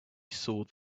soared